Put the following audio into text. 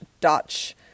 Dutch